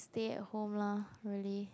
stay at home lah really